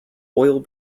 oil